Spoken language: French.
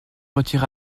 retire